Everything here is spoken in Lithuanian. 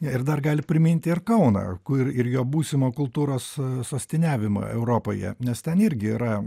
ir dar gali priminti ir kauną kur ir jo būsimą kultūros sostiniavimąeuropoje nes ten irgi yra